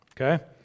okay